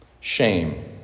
shame